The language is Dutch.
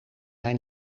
hij